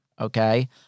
okay